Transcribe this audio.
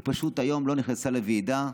היא פשוט לא נכנסה היום לוועידה.